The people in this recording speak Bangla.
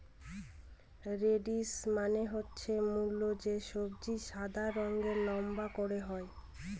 রেডিশ মানে হচ্ছে মূল যে সবজি সাদা রঙের লম্বা করে হয়